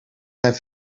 zijn